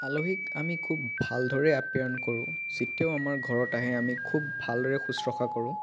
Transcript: আলহীক আমি খুব ভালদৰেই আপ্যায়ন কৰোঁ যেতিয়াও আমাৰ ঘৰত আহে আমি খুব ভালদৰে শুশ্ৰূষা কৰোঁ